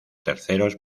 terceros